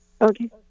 Okay